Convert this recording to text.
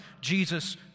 Jesus